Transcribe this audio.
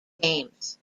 games